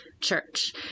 church